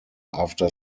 after